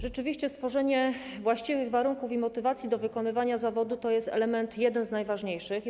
Rzeczywiście stworzenie właściwych warunków i motywacji do wykonywania zawodu to jest jeden z najważniejszych elementów.